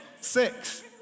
Six